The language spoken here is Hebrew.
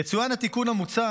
יצוין כי התיקון המוצע